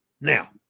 Now